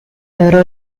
loro